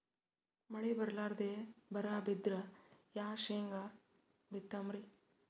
ಮಳಿ ಬರ್ಲಾದೆ ಬರಾ ಬಿದ್ರ ಯಾ ಶೇಂಗಾ ಬಿತ್ತಮ್ರೀ?